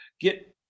get